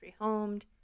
rehomed